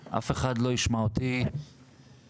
השלישי והאחרון זה שאתם אגף